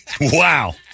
Wow